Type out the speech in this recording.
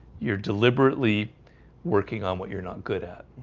you're deliberately working on what you're not good at